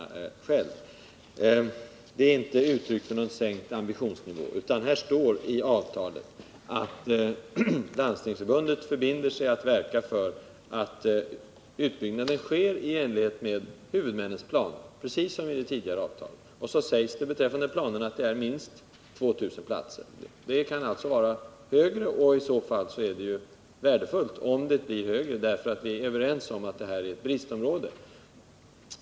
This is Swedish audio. Det senaste avtalet är inte uttryck för någon sänkt ambitionsnivå, utan det står i avtalet att Landstingsförbundet förbinder sig att verka för att utbyggnaden sker i enlighet med huvudmännens planer - samma målformulering som i det tidigare avtalet. Beträffande planerna sägs det att det blir en utbyggnad med minst 2 000 platser. Antalet platser kan alltså vara högre, och i så fall är ju det värdefullt, eftersom vi är överens om att långvården är ett bristområde.